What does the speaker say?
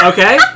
Okay